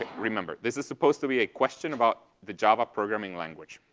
remember this is supposed to be a question about the java programming language.